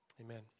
amen